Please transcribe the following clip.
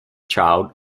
child